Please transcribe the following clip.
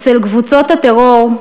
אצל קבוצות הטרור,